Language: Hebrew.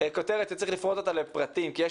כותרת שצריך לפרוט אותה לפרטים כי יש